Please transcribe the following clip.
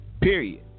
period